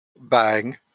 bang